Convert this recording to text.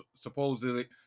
supposedly